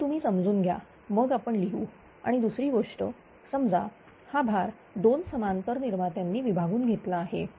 आधी तुम्ही समजून घ्या मग आपण लिहू आणि दुसरी गोष्ट समजा हा भार जो दोन समांतर निर्मात्यांनी विभागून घेतला आहे